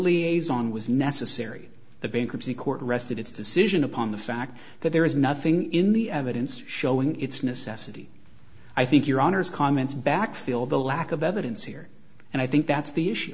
liaison was necessary the bankruptcy court rested its decision upon the fact that there is nothing in the evidence showing it's necessity i think your honour's comments backfill the lack of evidence here and i think that's the issue